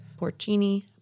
Porcini